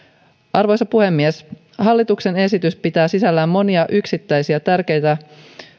arvoisa puhemies hallituksen esitys pitää sisällään monia tärkeitä